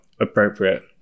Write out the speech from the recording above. appropriate